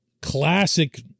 classic